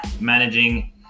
managing